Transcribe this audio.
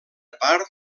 part